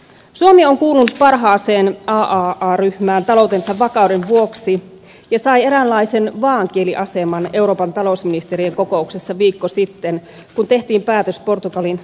suomi on kuulunut parhaaseen aaa ryhmään taloutensa vakauden vuoksi ja sai eräänlaisen vaaankieliaseman euroopan talousministerien kokouksessa viikko sitten kun tehtiin päätös portugalin tukipaketista